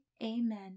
amen